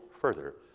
further